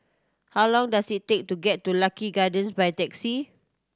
how long does it take to get to Lucky Gardens by taxi